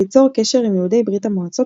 ליצור קשר עם יהודי ברית המועצות,